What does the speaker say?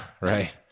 right